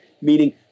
meaning